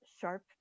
sharp